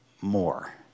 more